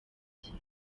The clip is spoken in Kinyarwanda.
cye